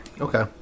Okay